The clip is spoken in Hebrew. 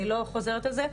אני לא חוזרת על זה,